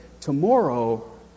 Tomorrow